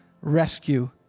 rescue